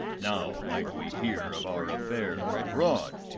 now, might we hear of our affairs abroad,